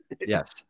Yes